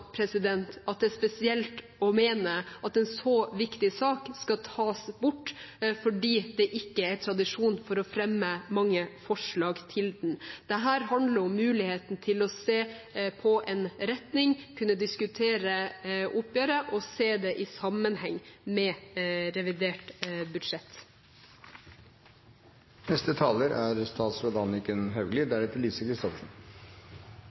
at det er spesielt å mene at en så viktig sak skal tas bort fordi det ikke er tradisjon for på fremme mange forslag til den. Dette handler om muligheten til å se på en retning, kunne diskutere oppgjøret og se det i sammenheng med revidert